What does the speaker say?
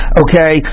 okay